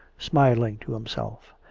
smiling to himself.